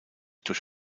durch